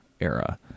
era